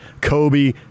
Kobe